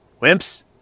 wimps